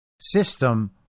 system